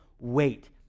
wait